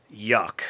yuck